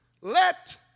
Let